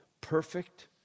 perfect